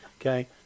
Okay